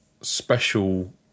special